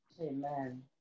Amen